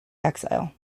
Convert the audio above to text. exile